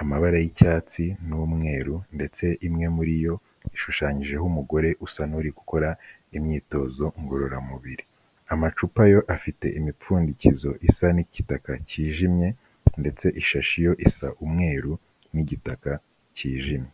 amabara y'icyatsi n'umweru ndetse imwe muri yo ishushanyijeho umugore usa n'uri gukora imyitozo ngororamubiri, amacupa yo afite imipfundikizo isa n'ikitaka cyijimye ndetse ishashi yo isa umweru n'igitaka cyijimye.